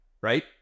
right